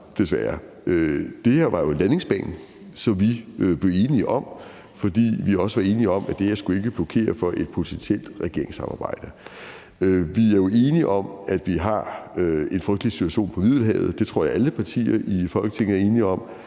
Det her var jo en landingsbane, som vi blev enige om, fordi vi også var enige om, at det her ikke skulle blokere for et potentielt regeringssamarbejde. Vi er jo enige om, at vi har en frygtelig situation på Middelhavet. Jeg tror, at alle partier i Folketinget er enige om,